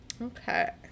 Okay